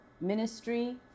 ministry